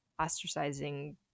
ostracizing